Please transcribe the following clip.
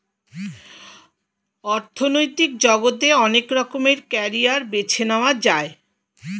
অর্থনৈতিক জগতে অনেক রকমের ক্যারিয়ার বেছে নেয়া যায়